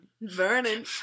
Vernon